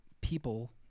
people